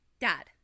Dad